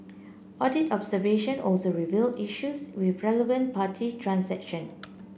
audit observation also revealed issues with relevant party transaction